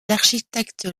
architectes